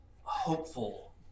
hopeful